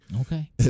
Okay